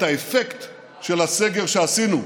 את האפקט של הסגר שעשינו.